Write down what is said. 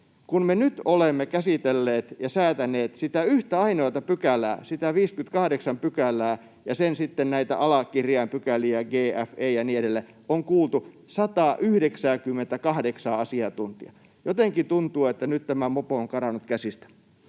Kun me nyt olemme käsitelleet ja säätäneet sitä yhtä ainoata pykälää, sitä 58 §:ää, ja sitten näitä sen alakirjainpykäliä g, f, e ja niin edelleen, on kuultu 198:aa asiantuntijaa. Jotenkin tuntuu, että nyt tämä mopo on karannut käsistä.